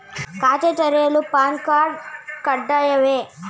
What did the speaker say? ಖಾತೆ ತೆರೆಯಲು PAN card ಕಡ್ಡಾಯವೇ?